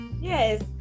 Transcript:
yes